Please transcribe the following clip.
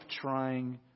trying